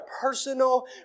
personal